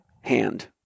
hand